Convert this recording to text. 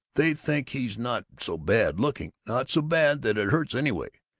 they think he's not so bad-looking, not so bad that it hurts anyway,